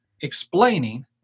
explaining